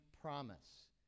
promise